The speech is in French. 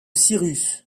cyrus